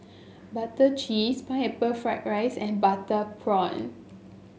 Prata Cheese Pineapple Fried Rice and Butter Prawn